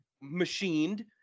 machined